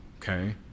okay